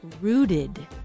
rooted